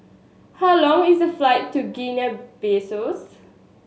how long is the flight to Guinea Bissaus